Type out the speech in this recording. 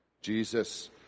Jesus